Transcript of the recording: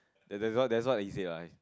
that that's what that's what he say lah